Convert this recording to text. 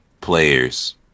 players